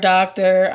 Doctor